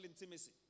intimacy